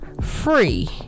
free